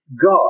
God